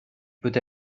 peut